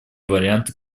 варианты